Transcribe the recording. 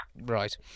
Right